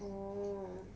orh